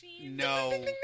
no